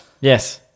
Yes